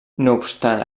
obstant